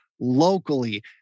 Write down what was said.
locally